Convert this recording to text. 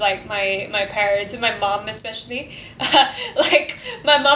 like my my parents with my mom especially like my mom